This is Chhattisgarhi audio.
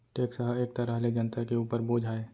टेक्स ह एक तरह ले जनता के उपर बोझ आय